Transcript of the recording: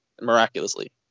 miraculously